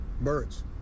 Birds